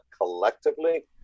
collectively